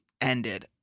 ended